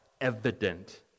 evident